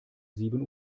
sieben